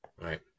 Right